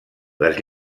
les